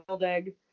egg